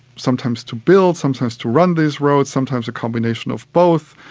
sometimes to build, sometimes to run these roads, sometimes a combination of both,